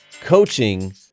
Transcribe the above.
coaching